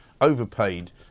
overpaid